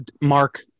Mark